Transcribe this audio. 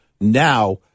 now